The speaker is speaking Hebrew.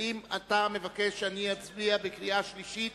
האם אתה מבקש שנצביע בקריאה שלישית